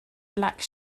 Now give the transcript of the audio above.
black